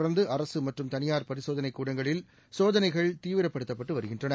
தொடர்ந்து அரசு மற்றும் தளியார் பரிசோதனை கூடங்களில் சோதனைகள் தீவிரப்படுத்தப்பட்டு வருகின்றன